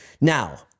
Now